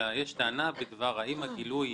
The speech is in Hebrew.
אלא טענה על אם הגילוי